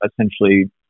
essentially